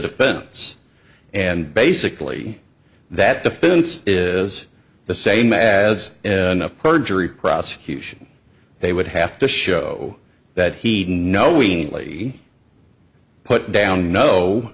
defense and basically that defense is the same as a perjury prosecution they would have to show that he no we really putdown no